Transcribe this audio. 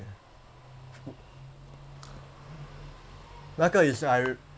那个 is I